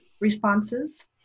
responses